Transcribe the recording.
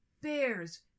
Bears